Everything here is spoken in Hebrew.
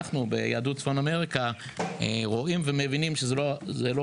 אנחנו ביהדות צפון אמריקה רואים ומבינים שזה לא